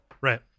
Right